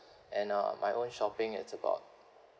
and uh my own shopping is about